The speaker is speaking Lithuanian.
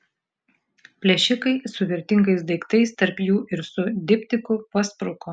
plėšikai su vertingais daiktais tarp jų ir su diptiku paspruko